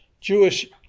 Jewish